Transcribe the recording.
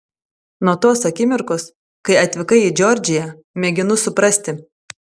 nuo tos akimirkos kai atvykai į džordžiją mėginu suprasti